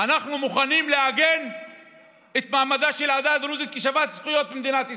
אנחנו מוכנים לעגן את מעמדה של העדה הדרוזית כשוות זכויות במדינת ישראל.